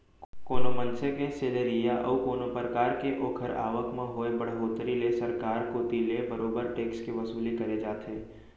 कोनो मनसे के सेलरी या अउ कोनो परकार के ओखर आवक म होय बड़होत्तरी ले सरकार कोती ले बरोबर टेक्स के वसूली करे जाथे